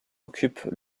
occupent